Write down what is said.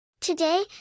Today